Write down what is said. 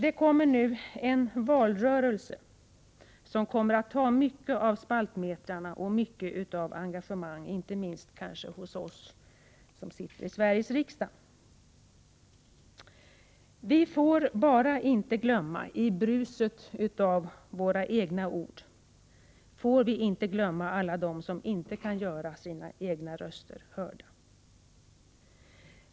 Nu börjar en valrörelse som kommer att uppta mycket av spaltmetrarna och kräva mycket engagemang inte minst från oss som sitter i Sveriges riksdag. Vi får bara inte glömma, i bruset av våra egna ord, alla dem som inte kan få sina röster hörda.